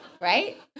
right